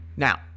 Now